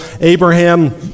Abraham